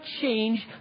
change